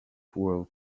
fuel